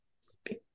speak